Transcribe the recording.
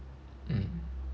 mm